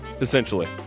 essentially